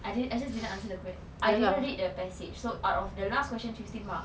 I just didn't answer the questions I didn't read the passage so out of the last question fifteen marks